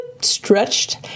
stretched